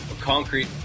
concrete